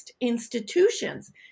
institutions